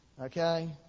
okay